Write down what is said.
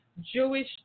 Jewish